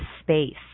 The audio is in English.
space